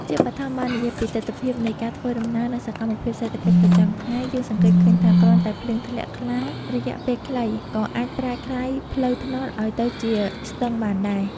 ជាបឋម បើនិយាយពីទិដ្ឋភាពនៃការធ្វើដំណើរ និងសកម្មភាពសេដ្ឋកិច្ចប្រចាំថ្ងៃ យើងសង្កេតឃើញថា គ្រាន់តែភ្លៀងធ្លាក់ខ្លាំងរយៈពេលខ្លី ក៏អាចប្រែក្លាយផ្លូវថ្នល់ឱ្យទៅជាស្ទឹងបានដែរ។